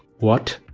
what?